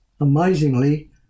Amazingly